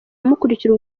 abamukurikira